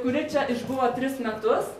kuri čia išbuvo tris metus